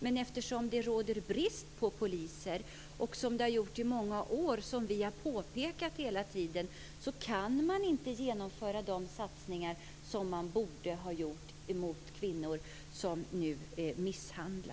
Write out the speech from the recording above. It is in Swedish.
Men eftersom det råder brist på poliser, vilket det har gjort i många år, det har vi påpekat hela tiden, så kan man inte genomföra de satsningar som man borde ha gjort i kampen mot kvinnomisshandeln.